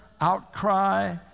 outcry